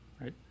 right